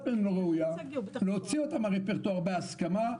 מהן לא ראויה להוציא אותן מהרפרטואר בהסכמה.